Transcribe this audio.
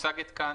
מוצגת כאן